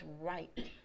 right